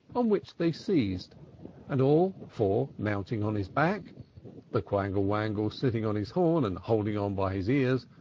on which they seized and, all four mounting on his back the quangle-wangle sitting on his horn, and holding on by his ears,